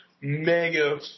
mega